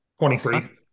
23